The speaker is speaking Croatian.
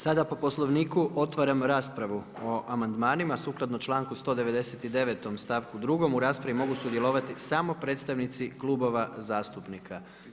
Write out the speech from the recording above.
Sada po poslovniku otvaram raspravu o amandmanima, sukladno članku 199. stavku 2 u raspravi mogu sudjelovati samo predstavnici Klubova zastupnika.